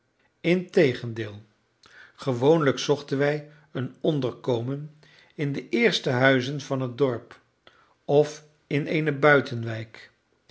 integendeel gewoonlijk zochten wij een onderkomen in de eerste huizen van het dorp of in eene buitenwijk